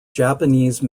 japanese